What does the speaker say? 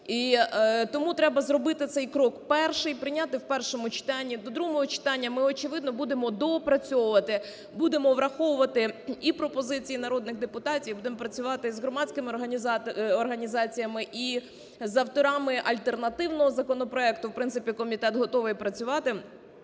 тому треба зробити цей крок перший - прийняти в першому читанні. До другого читання ми, очевидно, будемо доопрацьовувати, будемо враховувати і пропозиції народних депутатів, будемо працювати з громадськими організаціями, і з авторами альтернативного законопроекту. В принципі, комітет готовий працювати,